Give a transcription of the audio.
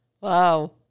Wow